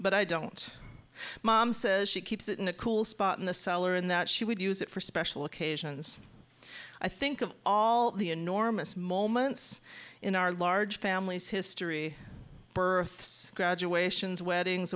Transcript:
but i don't mom says she keeps it in a cool spot in the cellar and that she would use it for special occasions i think of all the enormous moments in our large families history births graduations weddings